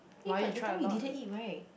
eh but that time you didn't eat right